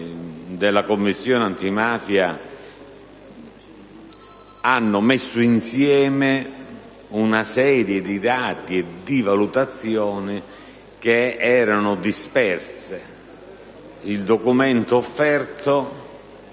della Commissione antimafia hanno messo insieme una serie di dati e di valutazioni che erano dispersi; il documento offerto